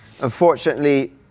Unfortunately